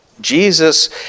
Jesus